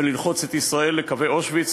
וללחוץ את ישראל ל"קווי אושוויץ",